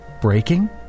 breaking